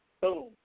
Boom